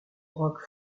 rock